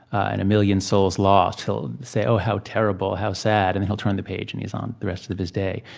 and a million souls lost, he'll say, oh how terrible. how sad. and he'll turn the page and he's on with the rest of of his day.